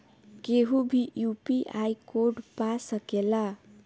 केहू भी UPI code पा सकेला?